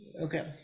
Okay